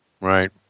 Right